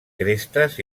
crestes